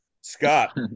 Scott